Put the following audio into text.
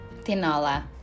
tinola